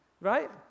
right